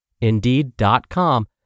Indeed.com